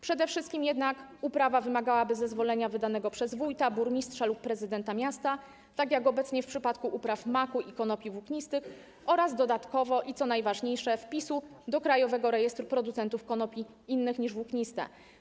Przede wszystkim jednak uprawa wymagałaby zezwolenia wydanego przez wójta, burmistrza lub prezydenta miasta, tak jak jest obecnie w przypadku upraw maku i konopi włóknistych, oraz dodatkowo - i co najważniejsze - wpisu do krajowego rejestru producentów konopi innych niż włókniste.